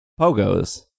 Pogos